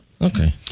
Okay